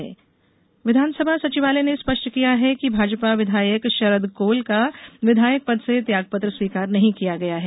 विधायक इस्तीफा विधानसभा सचिवालय ने स्पष्ट किया है कि भाजपा विधायक शरद कोल का विधायक पद से त्यागपत्र स्वीकार नहीं किया गया है